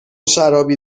شرابی